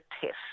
test